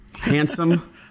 handsome